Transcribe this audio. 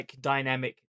dynamic